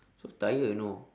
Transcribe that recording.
so tired you know